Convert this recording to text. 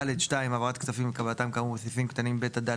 (ד2) העברת הכספים וקבלתם כאמור בסעיפים קטנים (ב) עד (ד)